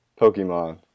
Pokemon